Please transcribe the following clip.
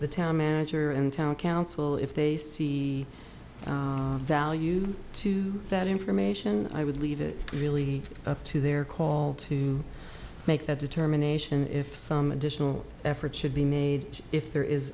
the town manager and town council if they see value to that information i would leave it really up to their call to make that determination if some additional effort should be made if there is